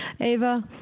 Ava